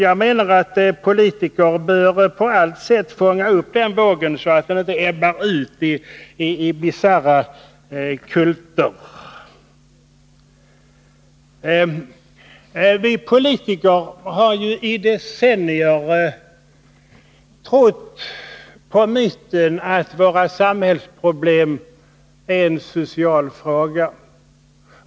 Jag menar att politiker på alla sätt bör fånga upp denna våg, så att den inte ebbar ut i bisarra kulter. Vi politiker har i decennier trott på myten att våra samhällsproblem är en social fråga.